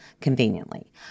conveniently